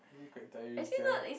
actually quite tiring sia